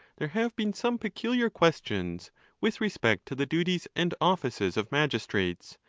there have been some peculiar questions with respect to the duties and offices of magistrates,